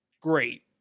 great